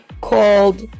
Called